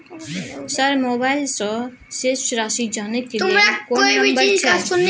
Sir mobile से शेस राशि जानय ल कोन नंबर छै?